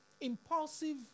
impulsive